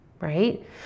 right